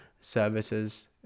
services